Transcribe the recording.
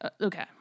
Okay